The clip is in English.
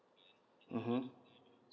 mmhmm